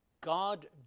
god